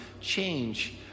change